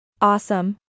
Awesome